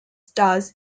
stars